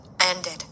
ended